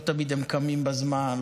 לא תמיד הם קמים בזמן,